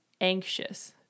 anxious